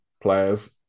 players